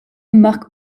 marque